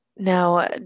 Now